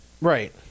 Right